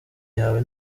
yawe